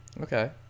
Okay